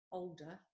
older